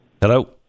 Hello